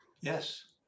Yes